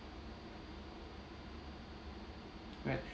right